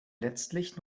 letztlich